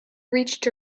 reached